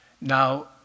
Now